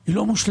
היא לא מושלמת.